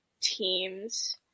teams